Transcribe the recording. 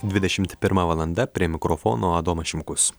dvidešimt pirma valanda prie mikrofono adomas šimkus